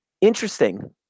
Interesting